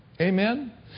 Amen